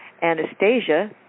Anastasia